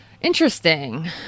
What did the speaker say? Interesting